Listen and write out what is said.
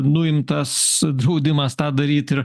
nuimtas draudimas tą daryt ir